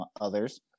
others